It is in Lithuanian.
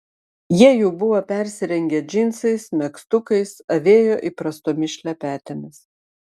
jie jau buvo persirengę džinsais megztukais avėjo įprastomis šlepetėmis